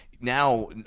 Now